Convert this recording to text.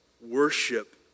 worship